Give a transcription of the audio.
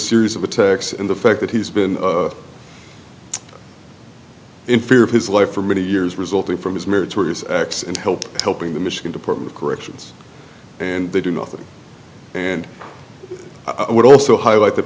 series of attacks and the fact that he's been in fear of his life for many years resulting from his meritorious acts and help helping the michigan department of corrections and they do nothing and i would also highlight that